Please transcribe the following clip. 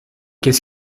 qu’est